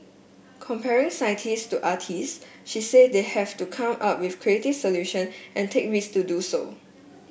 comparing scientist to artist she said they have to come up with creative solution and take risk to do so